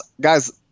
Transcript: guys